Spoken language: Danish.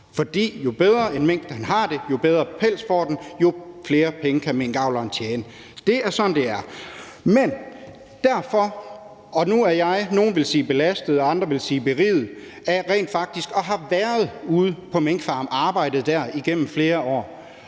jo bedre en mink har det, jo bedre pels får den, og jo flere penge kan minkavleren tjene. Det er sådan, det er. Men nu er jeg, nogle vil sige belastet, og andre vil sige beriget, af rent faktisk at have været ude på en minkfarm og have arbejdet der igennem flere år,